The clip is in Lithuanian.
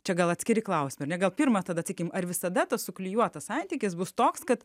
čia gal atskiri klausimai gal pirmą tada tsykim ar visada tas suklijuotas santykis bus toks kad